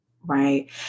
Right